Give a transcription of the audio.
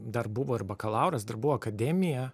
dar buvo ir bakalauras dar buvo akademija